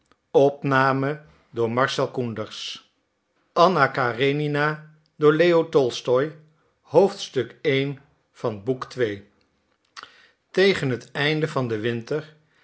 tegen het einde van den winter